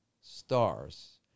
stars